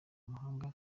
mahanga